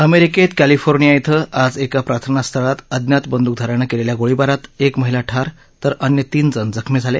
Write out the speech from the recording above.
अमेरिकेत कॉलिफोर्निया इथं आज एका प्रार्थनास्थळात अज्ञात बंद्रूकधा यानं केलेल्या गोळीबारात एक महिला ठार तर अन्य तीनजण जखमी झाले